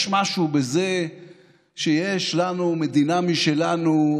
יש משהו בזה שיש לנו מדינה משלנו.